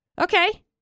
okay